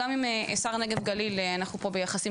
גם עם שר הנגב גליל אנחנו פה ביחסים